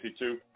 52